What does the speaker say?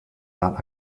not